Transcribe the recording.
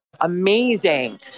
Amazing